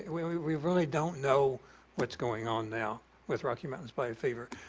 and we we really don't know what's going on now with rocky mountain spotted fever.